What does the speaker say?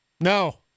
No